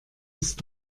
ist